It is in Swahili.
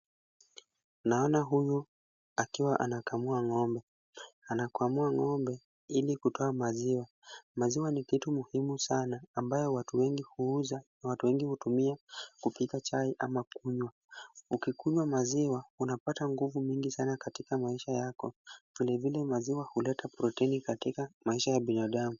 Naona huyu akiwa anakamua ng'ombe. Anakamua ng'ombe ili kutoa maziwa. Maziwa ni kitu muhimu sana, ambayo watu wengi huuza na watu wengi hutumia kupika chai ama kukunywa. Ukikunywa maziwa, unapata nguvu mingi sana katika maisha yako. Vilevile maziwa huleta proteni katika maisha ya binadamu.